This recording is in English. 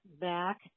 back